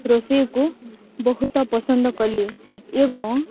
ରୋଷେଇକୁ ବହୁତ ପସନ୍ଦ କଲି ଏବଂ